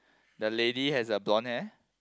the lady has a blonde hair